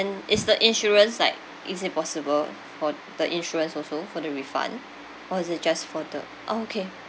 is the insurance like is it possible for the insurance also for the refund or is it just for the orh okay